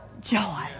joy